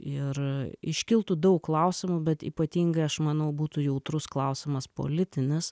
ir iškiltų daug klausimų bet ypatingai aš manau būtų jautrus klausimas politinis